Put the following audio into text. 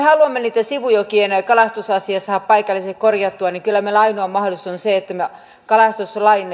haluamme niitä sivujokien kalastusasioita saada paikallisesti korjattua niin kyllä meillä ainoa mahdollisuus on se että me kalastuslain